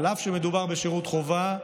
אף שמדובר בשירות חובה,